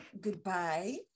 goodbye